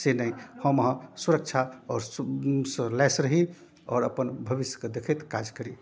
से नहि हम अहाँ सुरक्षा आओरसँ लैस रही आओर अपन भविष्यके देखैत काज करी